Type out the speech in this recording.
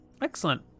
Excellent